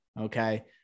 okay